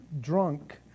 drunk